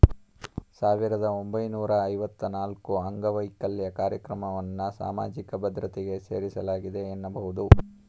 ಸಾವಿರದ ಒಂಬೈನೂರ ಐವತ್ತ ನಾಲ್ಕುಅಂಗವೈಕಲ್ಯ ಕಾರ್ಯಕ್ರಮವನ್ನ ಸಾಮಾಜಿಕ ಭದ್ರತೆಗೆ ಸೇರಿಸಲಾಗಿದೆ ಎನ್ನಬಹುದು